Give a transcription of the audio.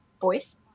voice